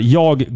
jag